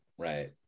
right